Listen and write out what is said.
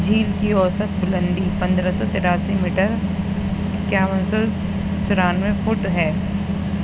جھیل کی اوسط بلندی پندرہ سو تراسی میٹر اکیاون سو چورانوے فٹ ہے